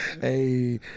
Hey